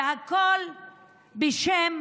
והכול בשם